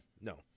no